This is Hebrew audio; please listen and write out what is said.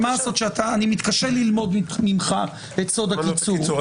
מה לעשות שאני מתקשה ללמוד ממך את סוד הקיצור.